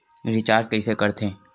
Recharge कइसे कर थे?